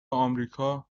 آمریکا